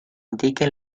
indique